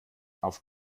auf